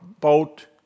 boat